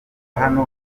hano